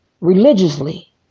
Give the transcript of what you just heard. religiously